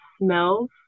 smells